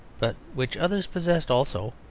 but which others possessed also.